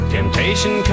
Temptation